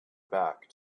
back